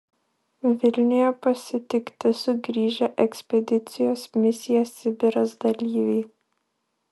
vilniuje pasitikti sugrįžę ekspedicijos misija sibiras dalyviai